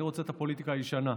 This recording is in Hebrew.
אני רוצה את הפוליטיקה הישנה.